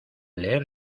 leer